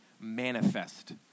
manifest